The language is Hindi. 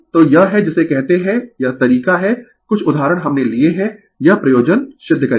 तो यह है जिसे कहते है यह तरीका है कुछ उदाहरण हमने लिए है यह प्रयोजन सिद्ध करेगा